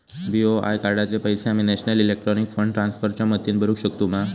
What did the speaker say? BOI कार्डाचे पैसे आम्ही नेशनल इलेक्ट्रॉनिक फंड ट्रान्स्फर च्या मदतीने भरुक शकतू मा?